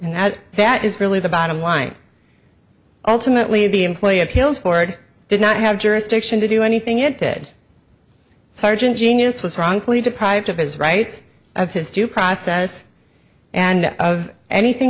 and that that is really the bottom line ultimately the employee appeals ford did not have jurisdiction to do anything it did sergeant genius was wrongfully deprived of his rights of his due process and of anything